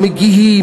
המגיהים,